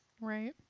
Right